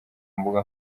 mbuga